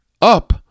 up